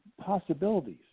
possibilities